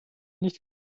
nicht